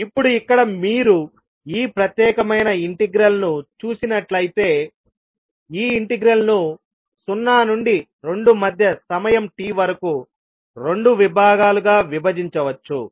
ఇప్పుడు ఇక్కడ మీరు ఈ ప్రత్యేకమైన ఇంటిగ్రల్ ను చూసినట్లయితే ఈ ఇంటిగ్రల్ ను సున్నా నుండి రెండు మధ్య సమయం t వరకు రెండు భాగాలుగా విభజించవచ్చు